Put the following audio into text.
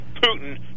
Putin